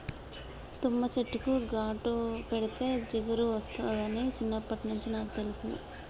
తుమ్మ చెట్టుకు ఘాటు పెడితే జిగురు ఒస్తాదని చిన్నప్పట్నుంచే నాకు తెలుసును